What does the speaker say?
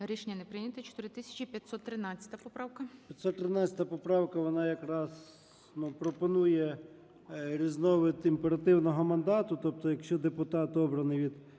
Рішення не прийнято. 4513 поправка.